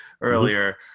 earlier